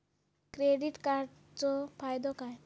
Credit कार्डाचो फायदो काय?